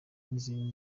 n’izindi